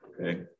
okay